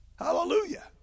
Hallelujah